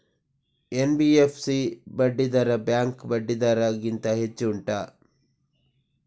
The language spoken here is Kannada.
ಎನ್.ಬಿ.ಎಫ್.ಸಿ ಬಡ್ಡಿ ದರ ಬ್ಯಾಂಕ್ ಬಡ್ಡಿ ದರ ಗಿಂತ ಹೆಚ್ಚು ಉಂಟಾ